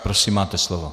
Prosím, máte slovo.